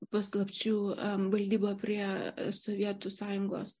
paslapčių valdyba prie sovietų sąjungos